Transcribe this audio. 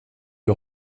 wir